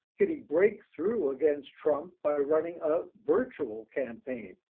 can he break through against trump by running a virtual campaign?